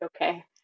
okay